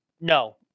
No